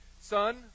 son